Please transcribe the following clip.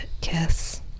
kiss